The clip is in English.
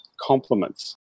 compliments